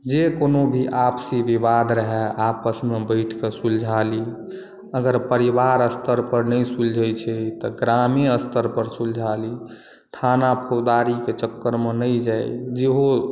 जे कोनो भी आपसी विवाद रहय आपस मे बैठ के सुलझा ली अगर परिवार स्तर पर नहि सुलझै छै तऽ ग्रामे स्तर पर सुलझा ली थाना फौजदारी के चक्करमे नहि जाइ जेहो